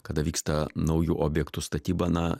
kada vyksta naujų objektų statyba na